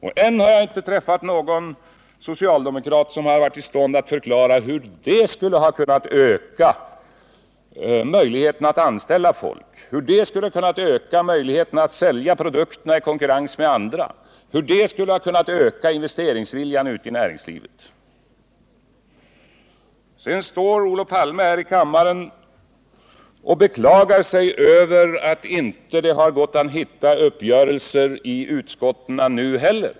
Men än har jag inte träffat någon socialdemokrat som varit i stånd att förklara hur detta skulle ha kunnat öka möjligheterna att anställa folk, öka möjligheterna att sälja produkter i konkurrens med andra, öka investeringsviljan ute i näringslivet. Olof Palme står här i kammaren och beklagar sig över att det inte gått att hitta några uppgörelser i utskottet nu heller.